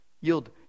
Yield